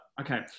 Okay